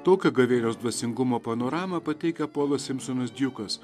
tokią gavėnios dvasingumo panoramą pateikia polas simsonas djukas